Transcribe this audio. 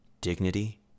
dignity